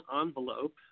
envelope